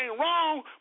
wrong